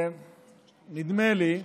נדמה לי,